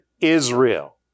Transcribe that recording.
Israel